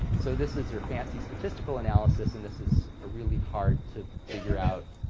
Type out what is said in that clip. so this is your fancy statistical analysis and this is a really hard to figure out